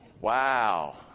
Wow